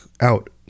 out